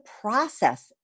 process